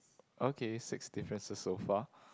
okay six differences so far